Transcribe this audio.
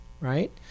right